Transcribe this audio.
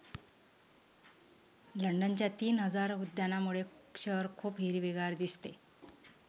लंडनच्या तीन हजार उद्यानांमुळे शहर खूप हिरवेगार दिसते